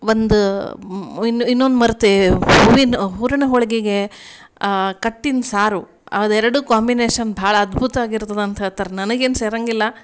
ಒಂದು ಇನ್ನ ಇನ್ನೊಂದು ಮರೆತೆ ಹೂವಿನ ಹೂರಣ ಹೋಳಿಗೆಗೆ ಕಟ್ಟಿನ ಸಾರು ಅದೆರಡು ಕಾಂಬಿನೇಶನ್ ಭಾಳ ಅದ್ಭುತವಾಗಿರ್ತದೆ ಅಂಥೇಳ್ತಾರೆ ನನಗೇನು ಸೇರಂಗಿಲ್ಲ